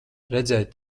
redzēju